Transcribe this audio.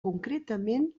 concretament